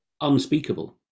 unspeakable